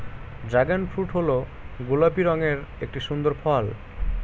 dragon fruit হল গোলাপি রঙের একটি সুন্দর ফল